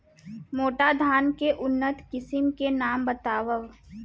मोटा धान के उन्नत किसिम के नाम बतावव?